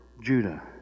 Judah